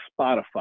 Spotify